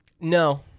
No